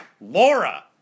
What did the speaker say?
Laura